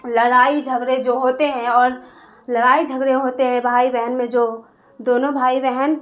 لڑائی جھگڑے جو ہوتے ہیں اور لڑائی جھگڑے ہوتے ہیں بھائی بہن میں جو دونوں بھائی بہن